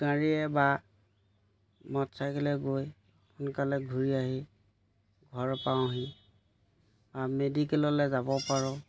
গাড়ীয়ে বা মটৰ চাইকেলে গৈ সোনকালে ঘূৰি আহি ঘৰৰ পাওঁহি মেডিকেললৈ যাব পাৰোঁ